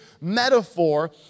metaphor